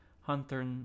Hunter